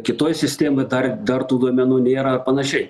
kitoj sistemoj dar dar tų duomenų nėra panašiai